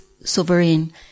sovereign